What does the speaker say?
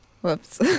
Whoops